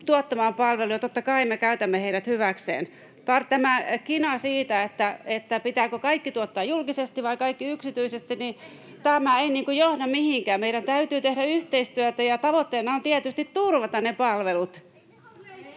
tuottamaa palvelua, totta kai me käytämme heitä hyväksi, mutta tämä kina siitä, pitääkö kaikki tuottaa julkisesti vai kaikki yksityisesti, ei johda mihinkään. Meidän täytyy tehdä yhteistyötä, ja tavoitteena on tietysti turvata ne palvelut.